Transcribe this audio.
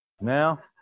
Now